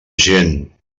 gent